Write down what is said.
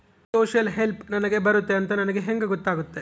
Social help ನನಗೆ ಬರುತ್ತೆ ಅಂತ ನನಗೆ ಹೆಂಗ ಗೊತ್ತಾಗುತ್ತೆ?